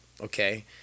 Okay